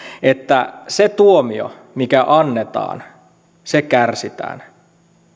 että se tuomio mikä annetaan kärsitään